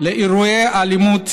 לאירועי אלימות,